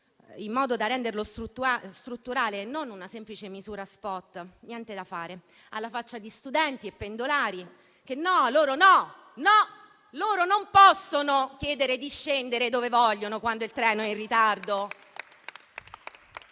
in modo da renderlo strutturale e non una semplice misura *spot.* Ma niente da fare, alla faccia di studenti e pendolari che - loro no - non possono chiedere di scendere dove vogliono quando il treno è in ritardo.